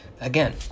Again